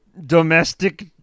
domestic